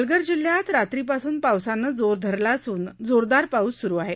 पालघर जिल्ह्यात रात्रीपासून पावसानं जोर धरला असून जोरदार पाऊस सुरू आहे